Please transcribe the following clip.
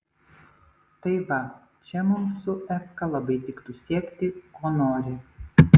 tai va čia mums su efka labai tiktų siekti ko nori